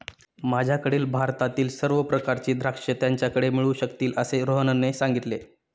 माझ्याकडील भारतातील सर्व प्रकारची द्राक्षे त्याच्याकडे मिळू शकतील असे रोहनने सांगितले